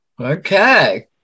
Okay